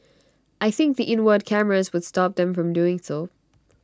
I think the inward cameras would stop them from doing so